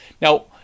Now